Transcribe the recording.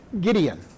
Gideon